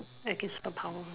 again superpower